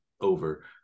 over